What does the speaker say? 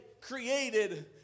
created